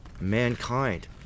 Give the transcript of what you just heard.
mankind